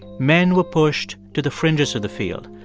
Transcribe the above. men were pushed to the fringes of the field,